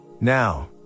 Now